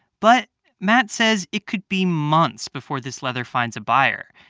but matt says it could be months before this leather finds a buyer.